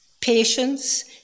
patience